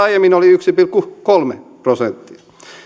aiemmin oli yksi pilkku kolme prosenttia